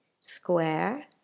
Square